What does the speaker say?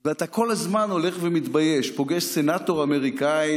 ואתה כל הזמן הולך ומתבייש: פוגש סנטור אמריקני,